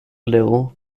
level